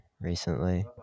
recently